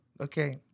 Okay